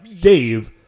Dave